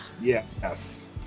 Yes